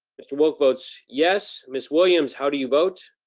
mr. wilk votes yes. miss williams, how do you vote?